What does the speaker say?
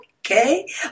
Okay